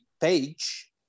page